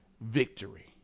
victory